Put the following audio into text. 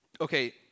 Okay